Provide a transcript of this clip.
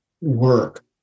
work